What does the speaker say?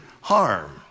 harm